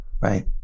Right